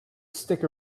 stick